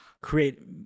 create